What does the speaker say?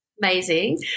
amazing